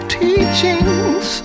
teachings